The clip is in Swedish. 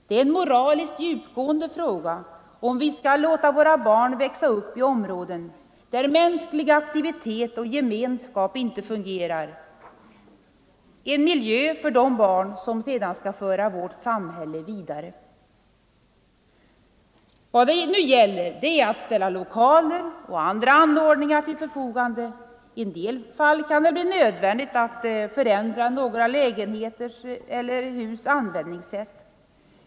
Det är en moraliskt djupgående fråga om vi skall låta barn växa upp i områden där mänsklig aktivitet och gemenskap inte fungerar, för de barn som skall föra vårt samhälle vidare. Vad det nu gäller är att ställa lokaler och andra anordningar till förfogande. I en del fall kan det bli nödvändigt att förändra några lägenheters eller hus” användningssätt.